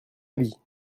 avis